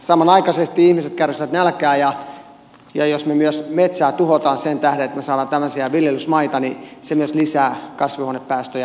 samanaikaisesti ihmiset kärsivät nälkää ja jos me myös metsää tuhoamme sen tähden että me saamme tämmösiä viljelysmaita niin se myös lisää kasvihuonepäästöjä osaltaan